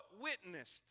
witnessed